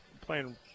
playing